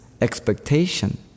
expectation